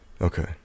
okay